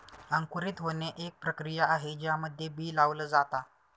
अंकुरित होणे, एक प्रक्रिया आहे ज्यामध्ये बी लावल जाता